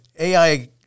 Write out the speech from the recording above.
AI